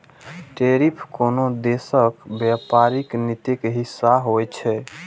tariff कोनो देशक व्यापारिक नीतिक हिस्सा होइ छै